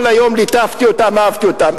כל היום ליטפתי אותם, אהבתי אותם.